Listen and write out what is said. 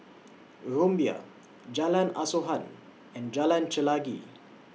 Rumbia Jalan Asuhan and Jalan Chelagi